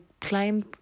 climb